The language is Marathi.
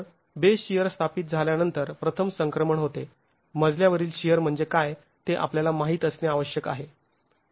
तर बेस शिअर स्थापित झाल्यानंतर प्रथम संक्रमण होते मजल्यावरील शिअर म्हणजे काय ते आपल्याला माहीत असणे आवश्यक आहे